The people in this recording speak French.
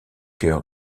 chœur